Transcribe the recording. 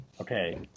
Okay